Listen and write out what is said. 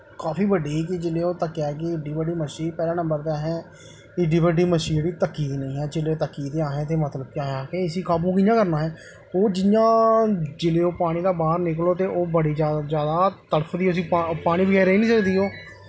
काफी बड्डी ही कोई जिसलै ओह् तक्केआ कि एड्डी बड्डी मच्छी पैहला नंबर ते असें एड्डी बड्डी मच्छी जेह्ड़ी तक्की दी नेईं ही जिसलै तक्की ते मतलब कि असें आक्खेआ इसी काबू कि'यां करना इसी असें ओह् जियां पानी दे बाह्र निकलो ते ओह् बड़ी जादा जादा तड़फदी उसी पानी बगैरा रेही निं सकदी ओह्